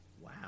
Wow